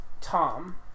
Tom